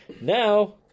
Now